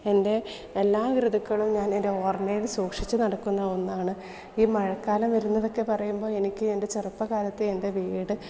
എൻ്റെ എല്ലാ ഋതുക്കളും ഞാനെൻ്റെ ഓർമയിൽ സൂക്ഷിച്ച് നടക്കുന്ന ഒന്നാണ് ഈ മഴക്കാലം വരുന്നതൊക്കെ പറയുമ്പോൾ എനിക്ക് എൻ്റെ ചെറുപ്പകാലത്തെ എൻ്റെ വീട്